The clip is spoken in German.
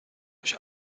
euch